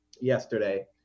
yesterday